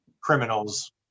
criminals